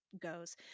goes